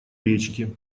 речки